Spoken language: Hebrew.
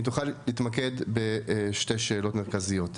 אם תוכל להתמקד בשתי שאלות מרכזיות.